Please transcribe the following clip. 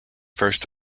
first